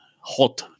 hot